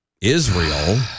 Israel